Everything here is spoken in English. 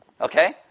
Okay